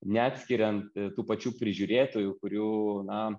neatskiriant tų pačių prižiūrėtojų kurių na